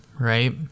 right